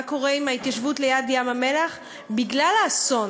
מה שקורה עם ההתיישבות ליד ים-המלח בגלל האסון.